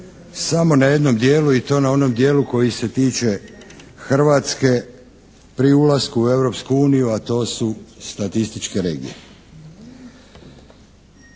samo na jednom dijelu i to na onom dijelu koji se tiče Hrvatske pri ulasku u Europsku uniju, a to su statističke regije.